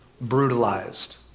brutalized